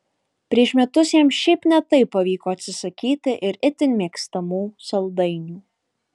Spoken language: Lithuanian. prieš metus jam šiaip ne taip pavyko atsisakyti ir itin mėgstamų saldainių